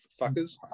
Fuckers